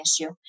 issue